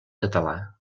català